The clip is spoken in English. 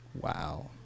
Wow